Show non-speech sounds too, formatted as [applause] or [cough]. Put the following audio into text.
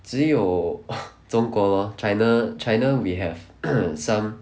只有中国 lor china china we have [noise] some